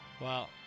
Wow